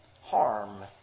harm